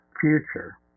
future